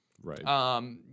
Right